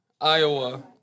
Iowa